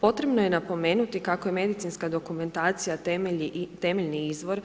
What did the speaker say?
Potrebno je napomenuti kako je medicinska dokumentacija temeljni izvor